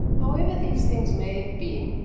however these things may have been,